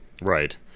right